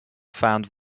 found